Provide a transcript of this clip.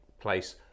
place